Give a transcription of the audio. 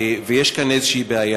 ויש כאן איזו בעיה.